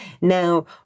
Now